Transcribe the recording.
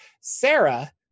Sarah